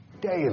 daily